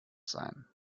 sein